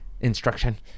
Instruction